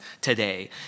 today